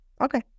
okay